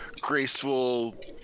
graceful